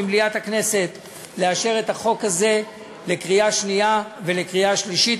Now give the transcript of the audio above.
ממליאת הכנסת לאשר את החוק הזה בקריאה שנייה ובקריאה שלישית.